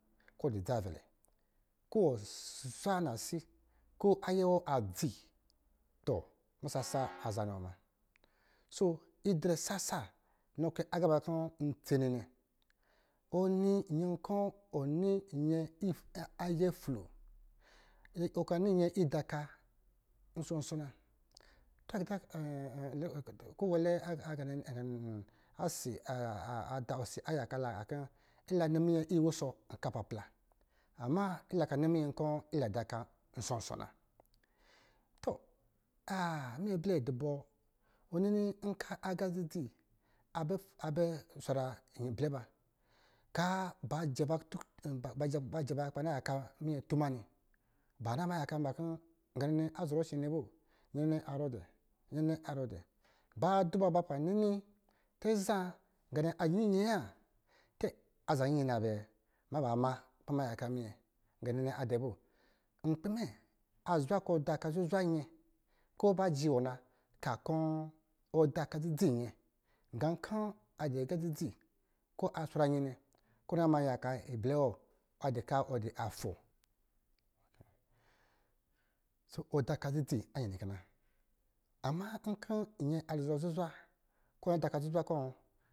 Ko wɔ dɔ̄ dzavɛlɛ, ko wɔ zwa nasi, kɔ̄ ayɛ wɔ adzi to musasa a za niwɔ munɔ, so i drɛ sasa nɔ kɛ aga ba nnɛ kɔ̄ ntsene nnɛ, ɔnɔ nyɛ kɔ̄ wɔ nɔ nyɛ ayɛ flo, ɔ ka nɔ nyɛ ida oka nsɔ-nsɔ na osi ayaka ka la a kɔ̄ i la nɔ mimyɛ iwɔ oka pala, ama ila ka nɔ minyɛ kɔ̄ ba da oka nsɔ-nsɔ na to ah minyɛ blɛ dɔ bɔ, wɔ ninkɔ agā dzi-dzi abɛ swarɔ blɛ bakaa ba jɛba kɔ̄ ba na yaka minyɛ tuma nnɛ ba na ma yakaa ba kɔ̄ gannɛ azɔrɔ nsɔ̄ nyɛ mo, nyɛ azɔrɔ dɛ, nyɛ nnɛ a zɔrɔ dɛ, baa duba ba kɔ̄ ba nini tɛ zaa ga nnɛ ayiyee wa tɛ aza yiyee na bɛ ama ba ma kɔ̄ ba ma yaka minyɛ. Nkpi mɛ azwa kɔ̄ da oka zwzwa nyɛ ko ba jɛ wɔ na ka kɔ̄ da oka dzidzi nyɛ gā kɔ̄ adɔ agā dzidiz kɔ̄ a swara nyɛ nnɛ kɔ̄ na ma yaka bɛrɛwa, adɔ kaa a dɔ atɔ, ɔ da ka dzidzi nyɛ nnɛ kɛ na. Ama kɔ̄ nyɛ azɔrɔ zwa kɔ̄ na da ka zuzwa kɔ̄